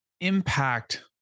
impact